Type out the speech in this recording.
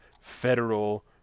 federal